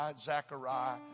Zechariah